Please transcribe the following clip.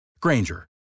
Granger